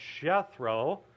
Jethro